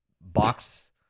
box